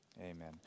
Amen